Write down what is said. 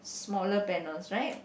smaller panels right